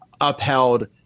upheld